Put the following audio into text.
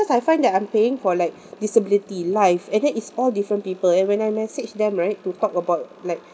cause I find that I'm paying for like disability life and then it's all different people and when I message them right to talk about like